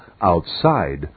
outside